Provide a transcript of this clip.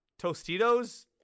Tostitos